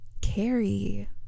Carrie